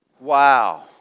Wow